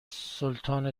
سلطان